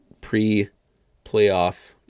pre-playoff